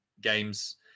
games